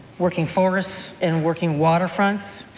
working forests and working waterfronts.